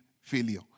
failure